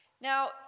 Now